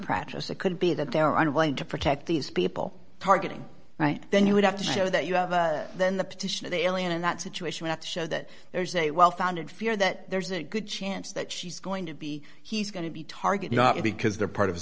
practice or could be that there are unwilling to protect these people targeting right then you would have to show that you have then the position of the alien in that situation not to show that there's a well founded fear that there's a good chance that she's going to be he's going to be target not because they're part of